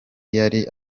yari